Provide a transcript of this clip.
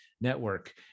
network